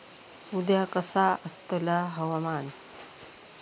उद्या कसा आसतला हवामान?